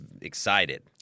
excited